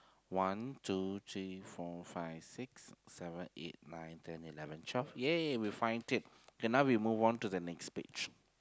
one two three four five six seven eight nine ten eleven twelve yay we find it kay now we move on to the next page